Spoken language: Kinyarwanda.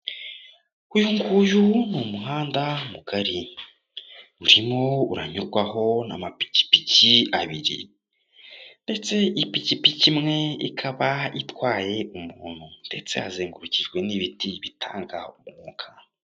Uyu nguyu ni umuhanda mugari, urimo uranyurwaho n'amapikipiki abiri ndetse ipikipiki imwe ikaba itwaye umuntu ndetse hazengurukijwe n'ibiti bitanga umwuka.